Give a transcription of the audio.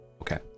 Okay